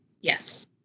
yes